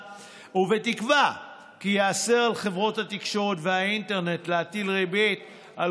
ובתקווה כי ייאסר על חברות התקשורת והאינטרנט להטיל ריבית על